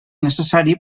necessari